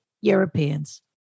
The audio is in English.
Europeans